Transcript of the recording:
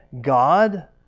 God